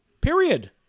Period